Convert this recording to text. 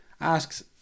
asks